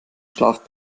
schlaf